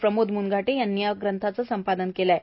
प्रमोद म्नघाटे यांनी या ग्रंथाचे संपादन केले आहे